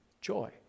joy